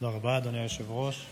תודה רבה, אדוני היושב-ראש,